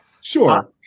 Sure